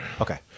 Okay